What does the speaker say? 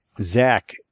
Zach